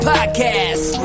Podcast